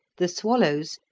the swallows,